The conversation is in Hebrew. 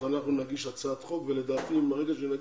אז אנחנו נגיש הצעת חוק ולדעתי ברגע שנגיש,